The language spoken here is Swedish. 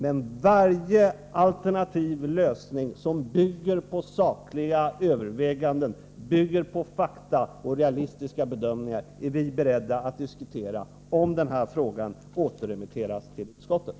Men varje alternativ lösning, som bygger på sakliga överväganden, fakta och realistiska bedömningar, är vi beredda att diskutera, om denna fråga återremitteras till utskottet.